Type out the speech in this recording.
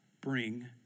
bring